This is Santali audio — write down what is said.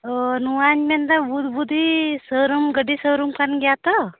ᱚᱻ ᱱᱚᱣᱟᱧ ᱢᱮᱱᱮᱫᱟ ᱵᱩᱫᱽ ᱵᱩᱫᱤ ᱥᱳᱨᱩᱢ ᱜᱟᱹᱰᱤ ᱥᱳᱨᱩᱢ ᱠᱟᱱ ᱜᱮᱭᱟ ᱛᱚ